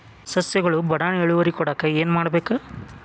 ಸಸ್ಯಗಳು ಬಡಾನ್ ಇಳುವರಿ ಕೊಡಾಕ್ ಏನು ಮಾಡ್ಬೇಕ್?